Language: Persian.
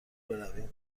برویم